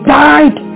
died